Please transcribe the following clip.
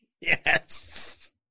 Yes